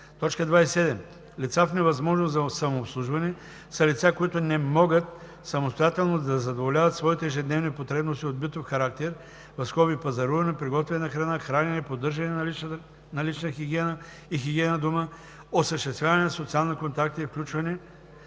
27. „Лица в невъзможност за самообслужване“ са лица, които не могат самостоятелно да задоволяват своите ежедневни потребности от битов характер (пазаруване, приготвяне на храна, хранене, поддържане на лична хигиена и хигиена на дома), осъществяване на социални контакти и включване